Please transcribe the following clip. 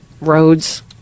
roads